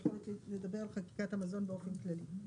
שמדבר על חקיקת המזון באופן כללי.